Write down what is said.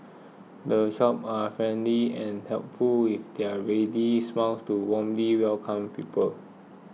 the shop are friendly and helpful with their ready smiles to warmly welcome people